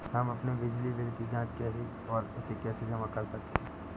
हम अपने बिजली बिल की जाँच कैसे और इसे कैसे जमा करें?